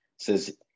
says